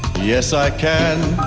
yes, i can.